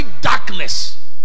darkness